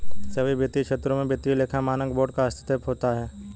सभी वित्तीय क्षेत्रों में वित्तीय लेखा मानक बोर्ड का हस्तक्षेप होता है